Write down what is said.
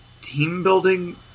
team-building